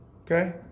Okay